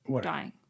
dying